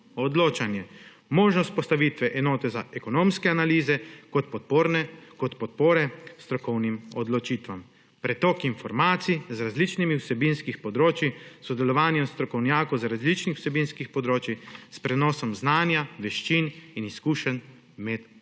odločanje; možnost postavitve enote za ekonomske analize kot podpore strokovnim odločitvam; pretok informacij z različnih vsebinskih področij, sodelovanje strokovnjakov z različnih vsebinskih področij s prenosom znanja, veščin in izkušenj med zaposlenimi.